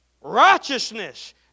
righteousness